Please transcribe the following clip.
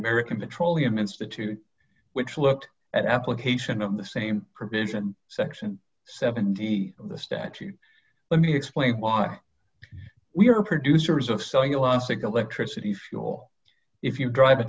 american petroleum institute which looked at application of the same provision section seventy the statute let me explain why we are producers of cellulosic electricity fuel if you drive a